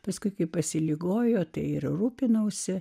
paskui kai pasiligojo tai ir rūpinausi